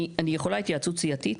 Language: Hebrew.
אני יכולה התייעצות סיעתית?